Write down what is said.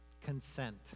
consent